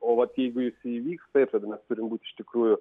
o vat jeigu jis įvyks taip tada mes turim būti iš tikrųjų